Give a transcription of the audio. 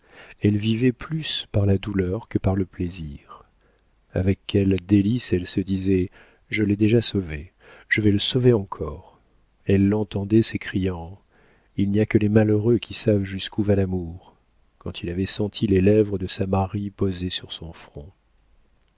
elle vivait plus par la douleur que par le plaisir avec quelles délices elle se disait je l'ai déjà sauvé je vais le sauver encore elle l'entendait s'écriant il n'y a que les malheureux qui savent jusqu'où va l'amour quand il avait senti les lèvres de sa marie posées sur son front